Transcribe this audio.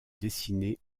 dessiner